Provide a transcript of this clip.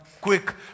quick